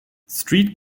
street